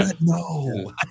No